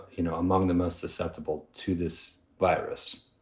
you know, among the most susceptible to this virus.